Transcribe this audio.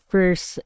First